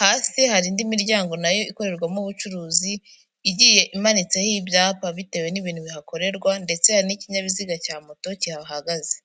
Hasi hari indi miryango nayo ikorerwamo ubucuruzi, igiye imanitseho ibyapa bitewe n'ibintu bihakorerwa, ndetse n'ikinyabiziga cya moto cyahahagaze.